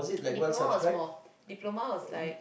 diploma was more diploma was like